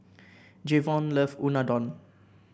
Javon love Unadon